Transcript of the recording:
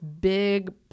big